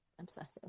obsessive